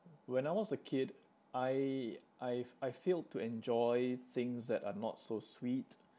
when I was a kid I I've I failed to enjoy things that are not so sweet